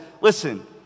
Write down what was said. Listen